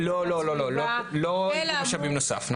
הגנת הסביבה.